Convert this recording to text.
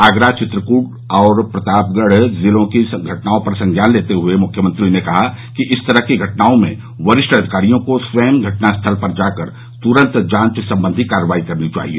आगरा चित्रकूट और प्रतापगढ जिलों की घटनाओं पर संज्ञान लेते हए मुख्यमंत्री ने कहा कि इस तरह की घटनाओं में वरिष्ठ अधिकारियों को स्वय घटनास्थल पर जाकर तुरन्त जांच संबंधी कार्रवाई करनी चाहिए